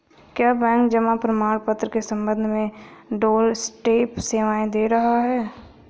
क्या बैंक जमा प्रमाण पत्र के संबंध में डोरस्टेप सेवाएं दे रहा है?